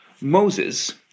Moses